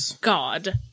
God